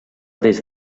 des